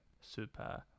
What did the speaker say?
super